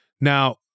Now